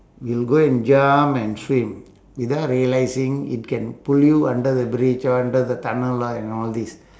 we'll go and jump and swim without realising it can pull you under the bridge or under the tunnel lah and all these